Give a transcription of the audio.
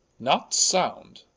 not sound?